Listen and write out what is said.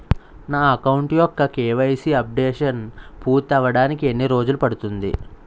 నా అకౌంట్ యెక్క KYC updation పూర్తి అవ్వడానికి ఎన్ని రోజులు పడుతుంది?